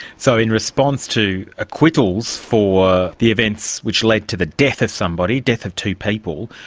so in response to acquittals for the events which led to the death of somebody, death of two people,